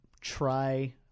try